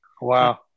Wow